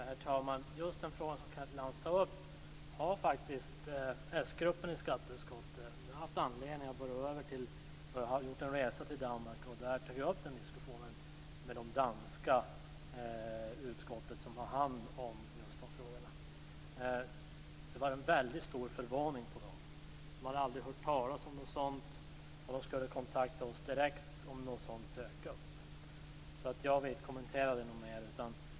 Herr talman! Just den fråga som Kenneth Lantz tar upp har faktiskt s-gruppen i skatteutskottet haft anledning att diskutera. Vi har gjort en resa till Danmark och tagit upp den diskussionen med det danska utskott som har hand om dessa frågor. Det var en väldigt stor förvåning. De har aldrig hört talas om något sådant. De skulle kontakta oss direkt om något sådant dök upp. Jag vill inte kommentera det mer.